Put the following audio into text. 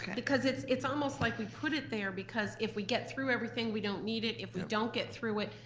kind of it's it's almost like we put it there because, if we get through everything, we don't need it, if we don't get through it,